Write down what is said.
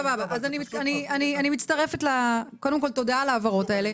קודם כל, תודה על ההבהרות האלה.